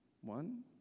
One